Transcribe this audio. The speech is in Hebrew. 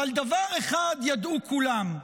אבל דבר אחד ידעו כולם: